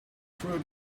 throat